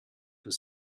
was